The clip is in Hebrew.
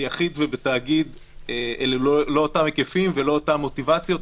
אלה לא אותם היקפים ביחיד ובתאגיד ואלה לא אותן מוטיבציות,